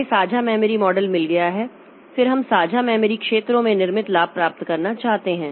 हमें साझा memory model मिल गया है फिर हम साझा मेमोरी क्षेत्रों में निर्मित लाभ प्राप्त करना चाहते हैं